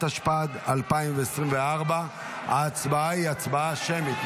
התשפ"ד 2024. ההצבעה היא הצבעה שמית,